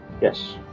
Yes